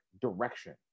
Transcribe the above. direction